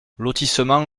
lotissement